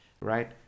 right